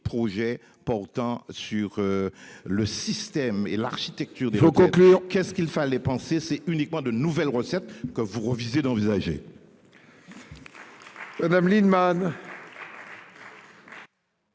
projet portant sur. Le système et l'architecture faut conclure qu'est ce qu'il fallait penser, c'est uniquement de nouvelles recettes que vous refusez d'envisager.